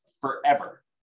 forever